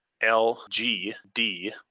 LGD